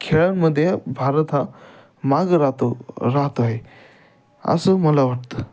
खेळांमध्ये भारत हा मागं राहतो राहात आहे असं मला वाटतं